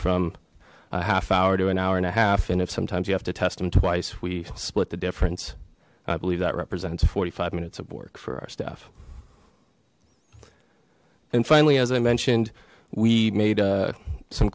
from a half hour to an hour and a half and if sometimes you have to test them twice we split the difference i believe that represents forty five minutes of work for our staff and finally as i mentioned we made some